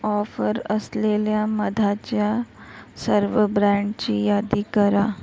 offer असलेल्या मधाच्या सर्व ब्रँडची यादी करा